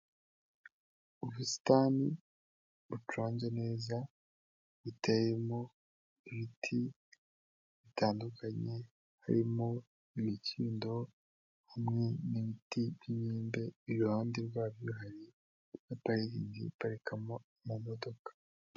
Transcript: Ubusitani buconze neza, buteyemo ibiti bitandukanye, harimo imikindo hamwe n'ibiti by'imyembe, iruhande rwabyo hari na parikingi iparikamo amamodoka.